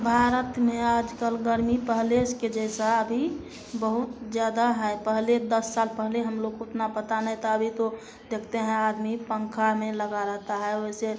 भारत में आज कल गर्मी पहले के जैसा अभी बहुत ज़्यादा है पहले दस साल पहले हम लोग को उतना पता नहीं था अभी तो देखते हैं आदमी पंखा में लगा रहता है वैसे